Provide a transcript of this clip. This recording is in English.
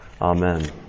Amen